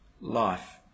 life